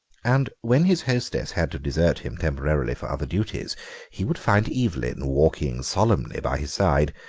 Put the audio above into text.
and when his hostess had to desert him temporarily for other duties he would find evelyn walking solemnly by his side.